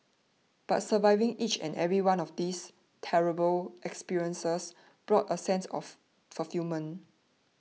but surviving each and every one of these terrible experiences brought a sense of fulfilment